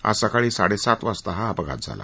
आज सकाळी साडे सात वाजता हा अपघात झाला